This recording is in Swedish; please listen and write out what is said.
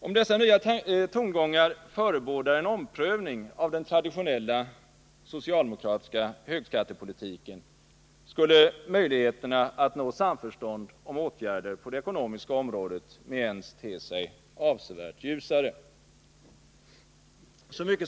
Om dessa nya tongångar förebådar en omprövning av den traditionella socialdemokratiska högskattepolitiken, skulle möjligheterna att nå samförstånd om åtgärder på det ekonomiska området med ens te sig avsevärt ljusare.